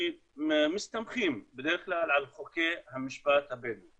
שמסתמכים בדרך כלל על חוקי המשפט הבדואי